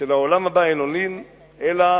של העולם הבא, אין עולין אלא